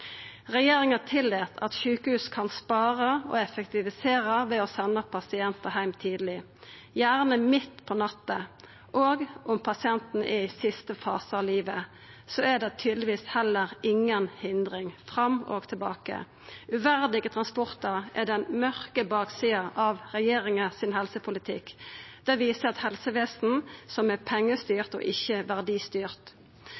Regjeringa tillèt at sjukehus kan spara og effektivisera ved å senda pasientar heim tidleg, gjerne midt på natta. Òg om pasienten er i siste fase av livet, er det tydeligvis heller inga hindring – fram og tilbake. Uverdige transportar er den mørke baksida av regjeringas helsepolitikk. Det viser eit helsevesen som er